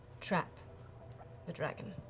trap the dragon.